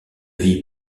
vie